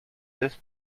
this